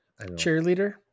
cheerleader